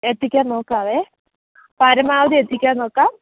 എത്തിക്കാൻ നോക്കാം പരമാവധി എത്തിക്കാൻ നോക്കാം